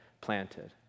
planted